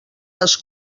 les